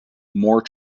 more